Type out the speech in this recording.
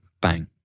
bang